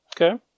Okay